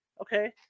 okay